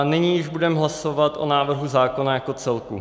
Nyní již budeme hlasovat o návrhu zákona jako celku.